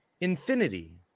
infinity